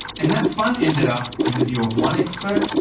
and that fund ended up, in the view of one expert,